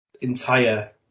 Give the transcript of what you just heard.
entire